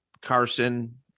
Carson